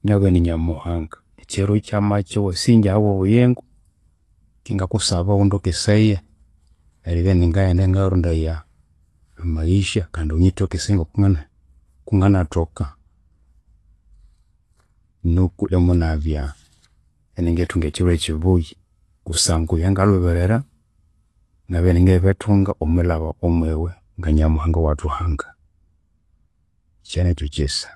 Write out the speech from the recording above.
ingabugha indi nyamuhanga ekyiro kyamakya wasinja ahabwobuyingo keghe ngakusaba ghundokesaye eribya iningaghenda ngayarondaya amayisha kandi ghunyithokesaye kokungana kunganathoka nuku imunabya iningithunga ekyiro kyibuya kusangwa ebyangalhubirira ngabya iningibithunga omwilhaba omwiwe iwenyamuhanga eyiwathuhanga. Kyanekyu kyisa.